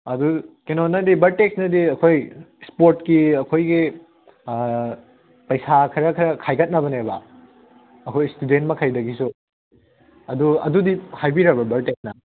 ꯑꯗꯨ ꯀꯩꯅꯣꯅꯗꯤ ꯕꯔꯇꯦꯛꯁꯅꯗꯤ ꯑꯩꯈꯣꯏ ꯏꯁꯄꯣꯔꯠꯀꯤ ꯑꯩꯈꯣꯏꯒꯤ ꯄꯩꯁꯥ ꯈꯔ ꯈꯔ ꯈꯥꯏꯒꯠꯅꯕꯅꯦꯕ ꯑꯩꯈꯣꯏ ꯏꯁꯇꯨꯗꯦꯟ ꯃꯈꯩꯗꯒꯤꯁꯨ ꯑꯗꯨ ꯑꯗꯨꯗꯤ ꯍꯥꯏꯕꯤꯔꯕꯣ ꯕꯔꯇꯦꯛꯁꯅ